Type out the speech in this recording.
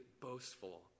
boastful